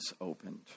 opened